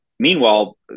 Meanwhile